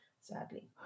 sadly